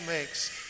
makes